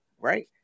right